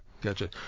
Gotcha